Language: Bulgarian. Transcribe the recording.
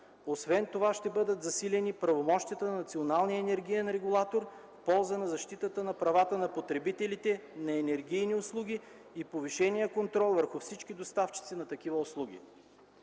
Освен това ще бъдат засилени правомощията на националния енергиен регулатор в полза на защитата на правата на потребителите на енергийни услуги и повишения контрол върху всички доставчици на такива услуги.